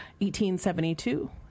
1872